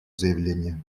заявление